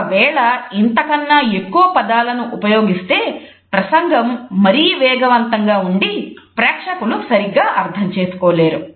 ఒకవేళ ఇంత కన్నా ఎక్కువ పదాలను ఉపయోగిస్తే ప్రసంగం మరీ వేగవంతంగా ఉండి ప్రేక్షకులు సరిగ్గా అర్థం చేసుకోలేరు